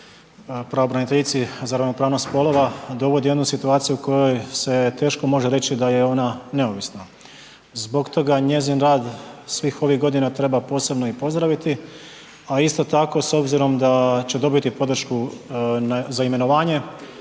pravobraniteljici za ravnopravnost spolova, dovodi u jednu situaciju u kojoj se teško može reći da je ona neovisna. Zbog toga njezin rad svih ovih godina treba posebno i pozdraviti a isto tako s obzirom da će dobiti podršku za imenovanje,